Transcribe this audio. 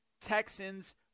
Texans